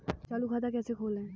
चालू खाता कैसे खोलें?